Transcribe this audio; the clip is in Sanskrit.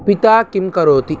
पिता किं करोति